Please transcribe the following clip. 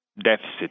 deficit